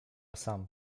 sam